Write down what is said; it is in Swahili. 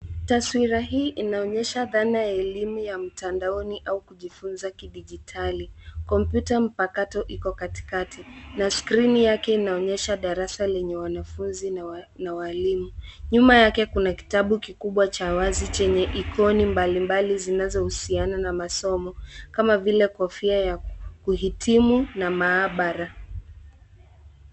Taswira hii inaonyesha dhana ya elimu ya mtandaoni au kujifunza kidijitali. Kompyuta mpakato iko kaitikati, na skrini yake inaonyesha darasa lenye wanafunzi na walimu. Nyuma yake kuna kitabu kikubwa cha wazi chenye ikoni mbalimbali zinazohusiana na masomo, kama vile kofia ya kuhitimu na maabara.